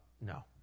No